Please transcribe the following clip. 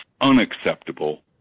unacceptable